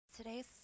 Today's